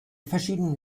verschiedenen